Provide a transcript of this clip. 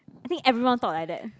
I think everyone thought like that